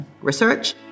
research